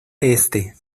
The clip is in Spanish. este